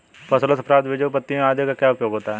फसलों से प्राप्त बीजों पत्तियों आदि का क्या उपयोग होता है?